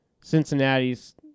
Cincinnati's